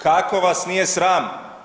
Kako vas nije sram?